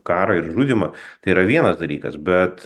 karą ir žudymą tai yra vienas dalykas bet